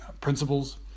principles